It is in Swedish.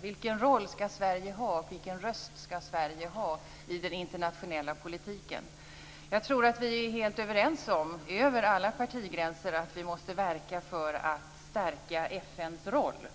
Vilken roll skall Sverige ha, och vilken röst skall Sverige ha i den internationella politiken? Jag tror att vi är helt överens om, över alla partigränser, att vi måste verka för att stärka FN:s roll.